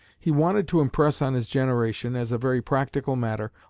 he wanted to impress on his generation, as a very practical matter,